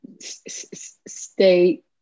stay